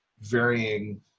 varying